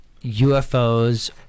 UFOs